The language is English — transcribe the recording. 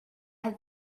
have